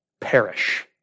Perish